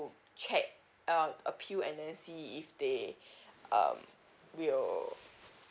check uh appeal and then see if they um will